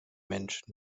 menschen